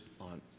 on